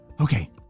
Okay